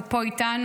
הוא פה איתנו.